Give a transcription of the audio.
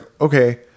okay